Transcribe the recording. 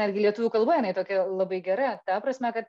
netgi lietuvių kalba jinai tokia labai gera ta prasme kad